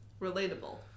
Relatable